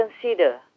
consider